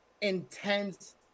intense